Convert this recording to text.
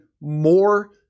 more